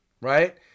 right